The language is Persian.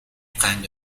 قند